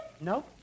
No